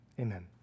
amen